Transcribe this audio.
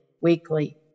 weekly